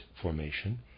formation